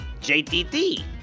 jtt